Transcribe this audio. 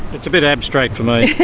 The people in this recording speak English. it's a bit abstract for me,